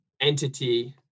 entity